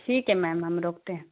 ٹھیک ہے میم ہم روکتے ہیں